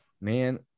man